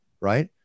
right